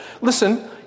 Listen